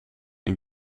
een